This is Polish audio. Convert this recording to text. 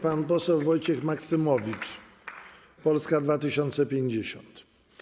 Pan poseł Wojciech Maksymowicz, Polska 2050.